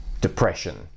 depression